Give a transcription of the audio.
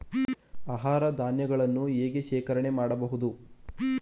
ಆಹಾರ ಧಾನ್ಯಗಳನ್ನು ಹೇಗೆ ಶೇಖರಣೆ ಮಾಡಬಹುದು?